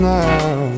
now